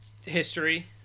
history